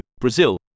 Brazil